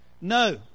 No